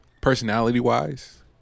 personality-wise